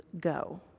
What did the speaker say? go